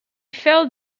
failed